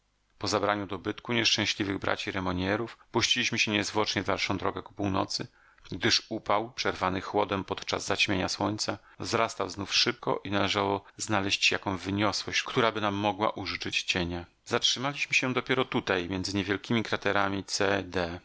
po zabraniu dobytku nieszczęśliwych braci remognerów puściliśmy się niezwłocznie w dalszą drogę ku północy gdyż upał przerwany chłodem podczas zaćmienia słońca wzrastał znów szybko i należało znaleść jaką wyniosłość któraby nam mogła użyczyć cienia zatrzymaliśmy się dopiero tutaj między niewielkiemi kraterami cd stożki te